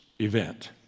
event